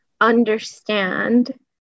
understand